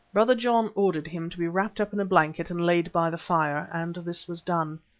brother john ordered him to be wrapped up in a blanket and laid by the fire, and this was done.